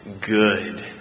good